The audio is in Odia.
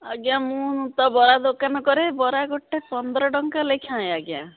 ଆଜ୍ଞା ମୁଁ ତ ବରା ଦୋକାନ କରେ ବରା ଗୋଟେ ପନ୍ଦର ଟଙ୍କା ଲେଖାଏଁ ଆଜ୍ଞା